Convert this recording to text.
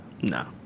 No